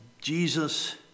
Jesus